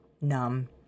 numb